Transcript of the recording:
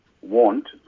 want